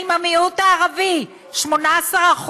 האם המיעוט הערבי, 18%,